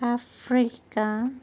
Africa